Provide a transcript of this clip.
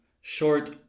short